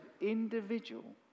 individual